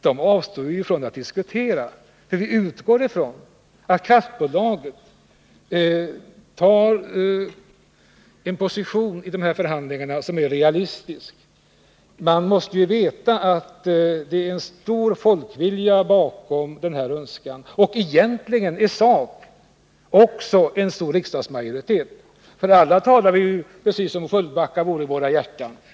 Men vi avstår från att diskutera dem, för vi utgår ifrån att kraftbolaget intar en realistisk position i förhandlingarna. Man måste ju veta att det är en stor folkvilja bakom den önskan det här gäller — och egentligen i sak också en stor riksdagsmajoritet. Alla talar vi här precis som om Sölvbacka vore i våra hjärtan.